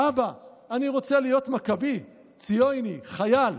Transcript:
אבא, אני רוצה להיות מכבי, ציוני, חייל.